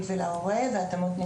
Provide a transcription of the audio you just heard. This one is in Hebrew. והבעלויות לבין משרד